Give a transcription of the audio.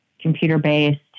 computer-based